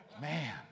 Man